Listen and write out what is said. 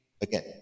Again